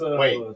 wait